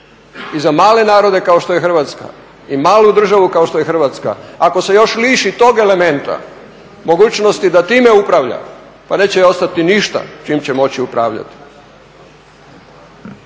I za male narode kao što je Hrvatska i malu državu kao što je Hrvatska ako se još liši tog elementa mogućnosti da time upravlja pa neće ostati ništa s čim će moći upravljati.